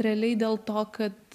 realiai dėl to kad